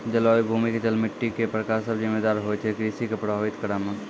जलवायु, भूमि के जल, मिट्टी के प्रकार सब जिम्मेदार होय छै कृषि कॅ प्रभावित करै मॅ